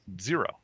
zero